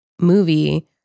movie